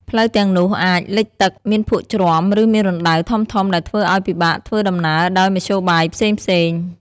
ផ្លូវទាំងនោះអាច លិចទឹក មានភក់ជ្រាំ ឬមានរណ្តៅ ធំៗដែលធ្វើឲ្យពិបាកធ្វើដំណើរដោយមធ្យោបាយផ្សេងៗ។